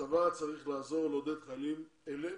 הצבא צריך לעזור ולעודד חיילים אלה